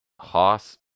hoss